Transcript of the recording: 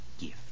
gift